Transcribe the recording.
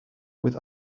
with